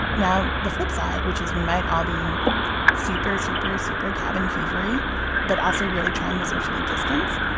now, the flip side, which is we might all be super, super, super cabin-fever-y but also really trying to socially distance.